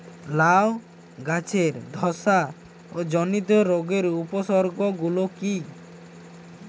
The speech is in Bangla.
লাউ গাছের ধসা জনিত রোগের উপসর্গ গুলো কি কি?